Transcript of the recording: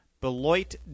Beloit